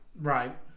Right